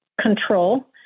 control